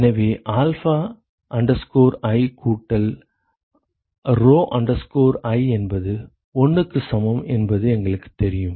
எனவே alpha i கூட்டல் rho i என்பது 1 க்கு சமம் என்பது எங்களுக்குத் தெரியும்